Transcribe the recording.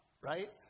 right